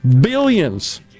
billions